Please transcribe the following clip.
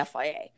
FIA